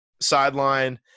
sideline